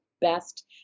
best